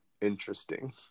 interesting